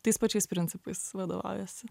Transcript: tais pačiais principais vadovaujasi